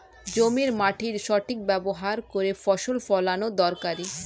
জমির মাটির সঠিক ব্যবহার করে ফসল ফলানো দরকারি